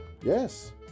Yes